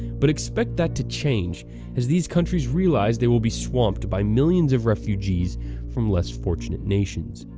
but expect that to change as these countries realize they will be swamped by millions of refugees from less fortunate nations.